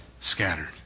scattered